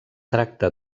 tracta